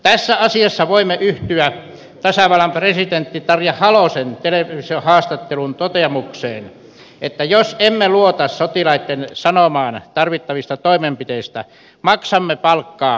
tässä asiassa voimme yhtyä tasavallan presidentti tarja halosen televisiohaastattelun toteamukseen että jos emme luota sotilaitten sanomaan tarvittavista toimenpiteistä maksamme palkkaa väärille ihmisille